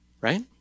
Right